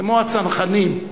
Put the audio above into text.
כמו הצנחנים,